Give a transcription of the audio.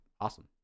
awesome